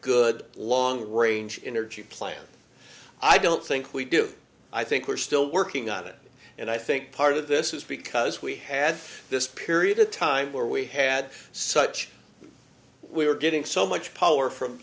good long range energy plan i don't think we do i think we're still working on it and i think part of this is because we had this period of time where we had such we were getting so much power from